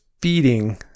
feeding